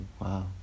Wow